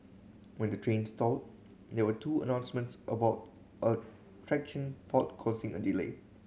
when the train stalled there were two announcements about a traction fault causing a delay